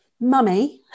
mummy